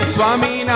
Swami